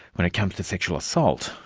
when it comes to sexual assault,